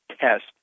test